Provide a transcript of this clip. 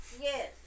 Yes